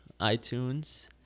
iTunes